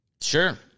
Sure